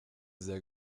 sehr